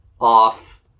off